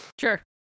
Sure